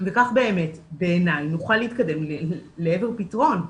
וכך באמת נוכל להתקדם לעבר פתרון.